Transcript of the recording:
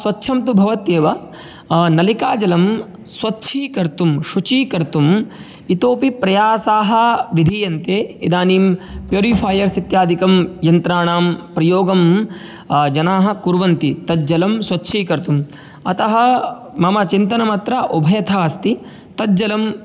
स्वच्छं तु भवत्येव नलिका जलं स्वच्छीकर्तुं शुचीकर्तुम् इतोऽपि प्रयासाः विधीयन्ते इदानीं प्यूरिफ़यर्स् इत्यादिकं यन्त्राणां प्रयोगं जनाः कुर्वन्ति तत् जलं स्वच्छीकर्तुम् अतः मम चिन्तनमत्र उभयथा अस्ति तत् जलं